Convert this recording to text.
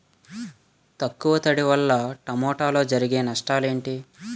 తక్కువ తడి వల్ల టమోటాలో జరిగే నష్టాలేంటి?